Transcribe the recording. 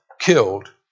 killed